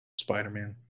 Spider-Man